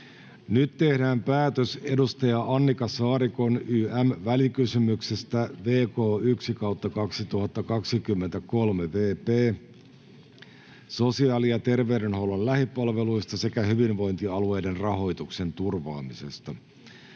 Nyt tehdään päätös edustaja Annika Saarikon ym. välikysymyksestä VK 1/2023 vp sosiaali- ja terveydenhuollon lähipalveluista sekä hyvinvointialueiden rahoituksen turvaamisesta.